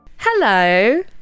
hello